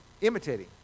imitating